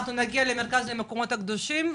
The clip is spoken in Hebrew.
נגיע למרכז למקומות הקדושים,